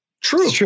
True